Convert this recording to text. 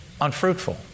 unfruitful